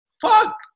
fuck